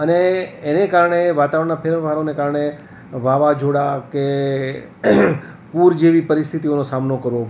અને એને કારણે વાતાવરણનાં ફેરફારોને કારણે વાવાઝોડા કે પૂર જેવી પરિસ્થિતિઓનો સામનો કરવો પડે